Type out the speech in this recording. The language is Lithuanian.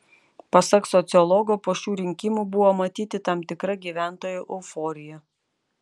pasak sociologo po šių rinkimų buvo matyti tam tikra gyventojų euforija